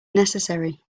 necessary